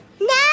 No